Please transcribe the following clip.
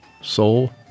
soul